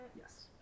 Yes